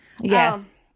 yes